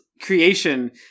creation